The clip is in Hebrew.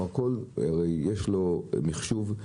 הרי יש לו מחשוב,